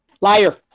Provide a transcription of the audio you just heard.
Liar